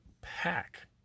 pack